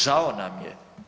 Žao nam je.